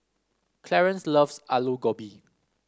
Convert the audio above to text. Clarance loves Alu Gobi